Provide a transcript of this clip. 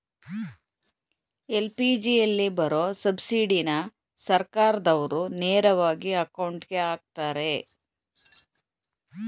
ಎಲ್.ಪಿ.ಜಿಯಲ್ಲಿ ಬರೋ ಸಬ್ಸಿಡಿನ ಸರ್ಕಾರ್ದಾವ್ರು ನೇರವಾಗಿ ಅಕೌಂಟ್ಗೆ ಅಕ್ತರೆ